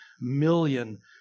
million